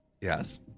Yes